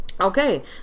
Okay